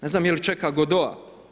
Ne znam je li čeka Godoa.